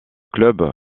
club